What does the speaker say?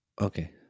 Okay